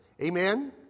Amen